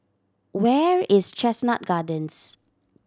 where is Chestnut Gardens